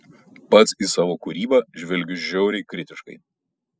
pats į savo kūrybą žvelgiu žiauriai kritiškai